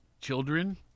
children